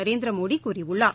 நரேந்திரமோடி கூறியுள்ளார்